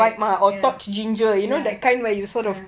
right ya ya ya